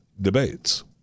debates